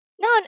No